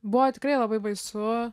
buvo tikrai labai baisu